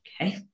okay